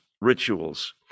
rituals